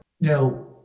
Now